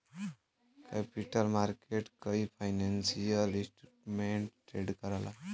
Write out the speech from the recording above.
capital market कई financial instrument trade करला